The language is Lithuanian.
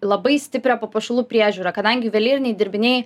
labai stiprią papuošalų priežiūra kadangi juvelyriniai dirbiniai